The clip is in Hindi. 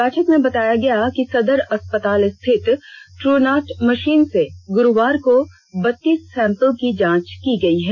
बैठक में बताया गया कि सदर अस्पताल स्थित देनट मषीन से गुरूवार को बतीस सैंपल की जांच की गयी है